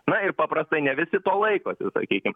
na ir papratai ne visi to laikosi sakykim